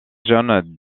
jeunes